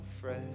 fresh